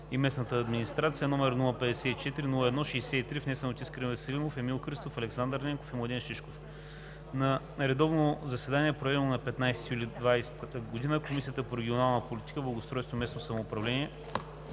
и местната администрация, № 054-0-63, внесен от Искрен Веселинов, Емил Христов, Александър Ненков и Младен Шишков На редовно заседание, проведено на 15 юли 2020 г., Комисията по регионална политика, благоустройство и местно самоуправление